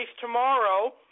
tomorrow